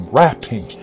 rapping